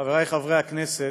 חברי חברי הכנסת,